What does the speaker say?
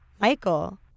Michael